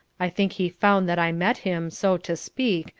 i think he found that i met him, so to speak,